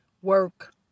work